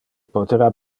potera